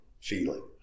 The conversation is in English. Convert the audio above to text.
feeling